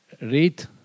Read